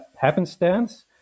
happenstance